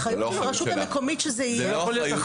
האחריות של הרשות המקומית שזה יהיה בגן.